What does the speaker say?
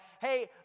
hey